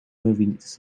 movies